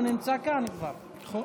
הוא כבר נמצא כאן, נכון?